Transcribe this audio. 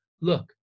Look